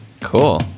Cool